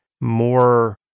more